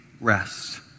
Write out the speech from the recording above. rest